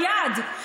ביד.